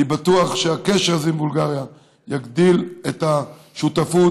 אני בטוח שהקשר הזה עם בולגריה יגדיל את השותפות,